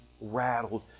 rattled